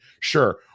Sure